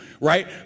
right